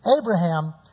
Abraham